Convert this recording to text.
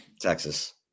texas